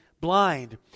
blind